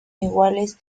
iguales